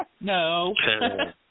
No